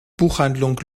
buchhandlung